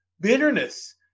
Bitterness